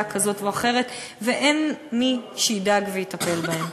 כזאת או אחרת ואין מי שידאג ויטפל בהם.